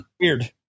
weird